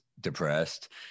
depressed